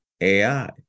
AI